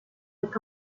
est